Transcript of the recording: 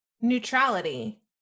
neutrality